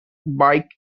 bike